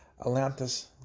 atlantis